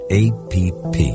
app